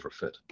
overfit